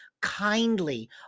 kindly